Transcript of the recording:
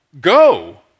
go